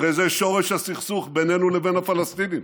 הרי זה שורש הסכסוך בינינו לבין הפלסטינים,